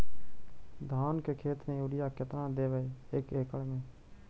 धान के खेत में युरिया केतना देबै एक एकड़ में?